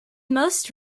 most